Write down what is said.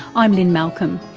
i'm lynne malcolm,